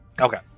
Okay